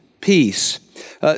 peace